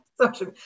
social